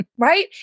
Right